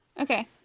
okay